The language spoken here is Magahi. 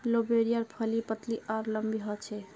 लोबियार फली पतली आर लम्बी ह छेक